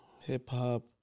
Hip-hop